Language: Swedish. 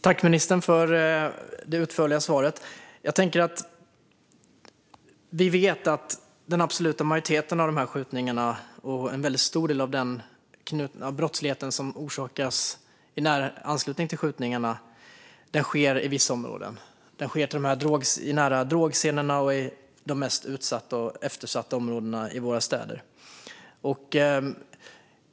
Fru talman! Jag tackar ministern för det utförliga svaret. Vi vet att den absoluta majoriteten av skjutningarna och en väldigt stor del av brottsligheten i anslutning till skjutningarna sker i vissa områden. De sker nära drogscenerna och i de mest utsatta och eftersatta områdena i våra städer.